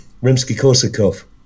Rimsky-Korsakov